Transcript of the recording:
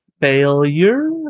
failure